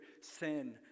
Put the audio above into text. sin